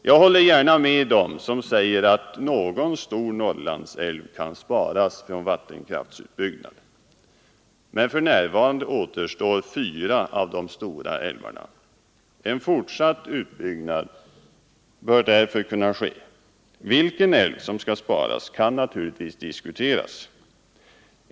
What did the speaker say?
Jag håller gärna med dem som säger att någon stor Norrlandsälv kan sparas från vattenkraftutbyggnad. Men för närvarande återstår fyra av de stora älvarna. En fortsatt utbyggnad bör därför kunna ske. Vilken älv som skall sparas kan naturligtvis diskuteras.